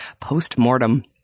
Postmortem